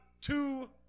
two